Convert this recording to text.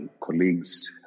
colleagues